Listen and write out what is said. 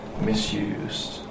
misused